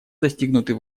достигнутый